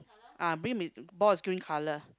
uh green is ball is green colour